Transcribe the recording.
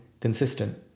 consistent